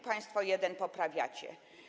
Państwo jeden poprawiacie.